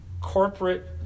corporate